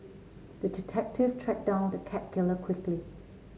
the detective tracked down the cat killer quickly